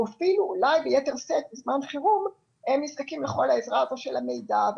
ואפילו אולי ביתר שאת בזמן חירום הם נזקקים לכל העזרה הזאת של המידע,